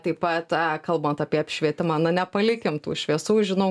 taip pat kalbant apie apšvietimą na nepalikim tų šviesų žinau